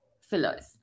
fillers